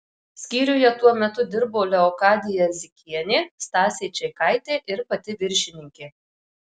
skyriuje tuo metu dirbo leokadija zikienė stasė čeikaitė ir pati viršininkė